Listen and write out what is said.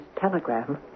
telegram